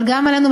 אבל גם עלינו,